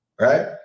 Right